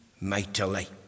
mightily